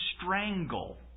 strangle